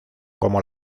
como